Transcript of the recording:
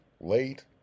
late